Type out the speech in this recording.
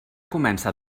comença